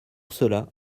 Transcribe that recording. cela